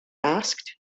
asked